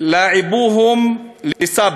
(אומר דברים בשפה